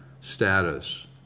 status